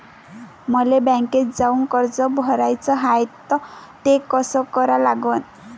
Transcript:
मले बँकेत जाऊन कर्ज भराच हाय त ते कस करा लागन?